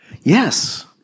Yes